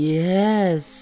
yes